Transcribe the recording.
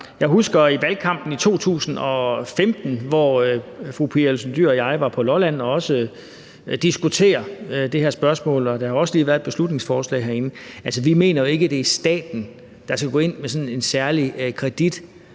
Jeg husker i valgkampen i 2015, at fru Pia Olsen Dyhr og jeg var på Lolland og også diskuterede det her spørgsmål, og der har også lige været et beslutningsforslag om det herinde. Vi mener jo ikke, at det er staten, der skal gå ind med sådan en særlig kredit